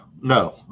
no